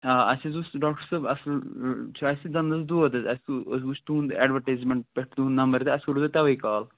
آ اَسہِ حظ اوس ڈاکٹر صٲب اَصٕل چھِ اَسہِ دنٛدس دود حظ اَسہِ اَسہِ وُچھ تُہُنٛد اٮ۪ڈوٹیٖزمٮ۪نٛٹ پٮ۪ٹھ تُہُنٛد نمبر تہٕ اَسہِ کوٚروٕ تۅہہِ تَوے کال